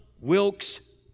Wilkes